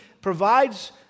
provides